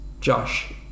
Josh